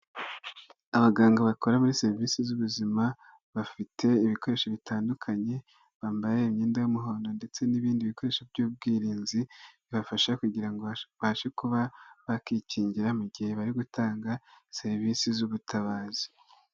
Abaganga bakora muri serivisi z'ubuzima bafite ibikoresho bitandukanye, bambaye imyenda y'umuhondo ndetse n'ibindi bikoresho by'ubwirinzi, bibafasha kugira ngo babashe kuba bakwikingira mu gihe bari gutanga serivisi z'ubutabazi.